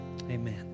amen